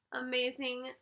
amazing